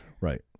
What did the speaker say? Right